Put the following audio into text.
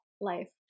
life